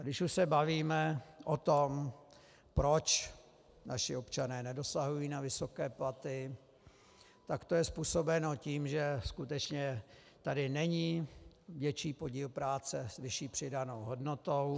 A když už se bavíme o tom, proč naši občané nedosahují na vysoké platy, tak to je způsobeno tím, že tady skutečně není větší podíl práce s vyšší přidanou hodnotou.